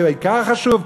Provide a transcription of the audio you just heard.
והעיקר החשוב,